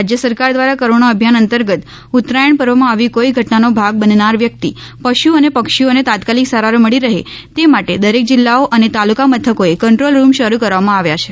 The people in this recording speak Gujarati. રાજ્ય સરકાર દ્વારા કરૂણા અભિયાન અંતર્ગત ઉત્તરાયણ પર્વમાં આવી કોઇ ઘટનાનો ભાગ બનનાર વ્યક્તિ પશુ અને પક્ષીઓને તાત્કાલીક સારવાર મળી રહે તે માટે દરેક જિલ્લાઓ અને તાલુકા મથકોએ કંટ્રોલ રૂમ શરૂ કરવામાં આવ્યા છે